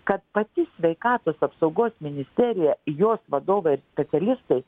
kad pati sveikatos apsaugos ministerija jos vadovai ir specialistai